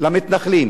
למתנחלים.